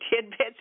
tidbits